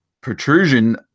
protrusion